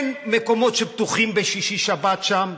אין מקומות שפתוחים בשישי-שבת שם.